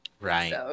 Right